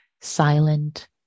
silent